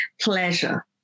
Pleasure